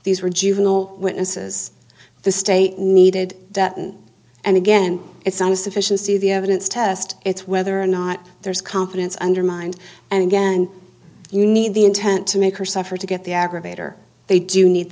these were juvenile witnesses the state needed and again it's not just efficiency the evidence test it's whether or not there's confidence undermined and again you need the intent to make her suffer to get the aggravator they do need